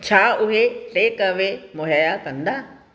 छा उहे टेकअवे मुहैया कंदा